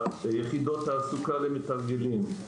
יחידות תעסוקה למתרגלים,